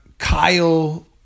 Kyle